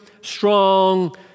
strong